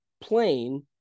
plain